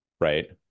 right